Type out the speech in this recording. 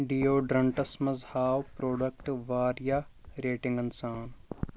deo ڈرٛنٛٹس مَنٛز ہاو product واریاہ ریٹِنٛگن سان